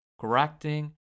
correcting